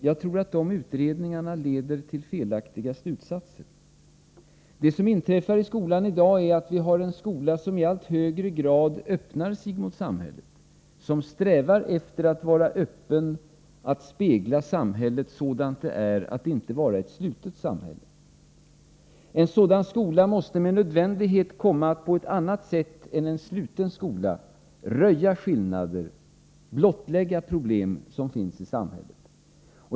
Jag tror att de utredningarna leder till felaktiga slutsatser. Det som inträffar i skolan i dag är att vi har en skola som i allt högre grad öppnar sig mot samhället, som strävar efter att vara öppen, att spegla samhället sådant det är och att inte vara ett slutet samhälle. En sådan skola måste med nödvändighet komma att på ett annat sätt än en sluten skola röja skillnaderna, blottlägga problem som finns i samhället.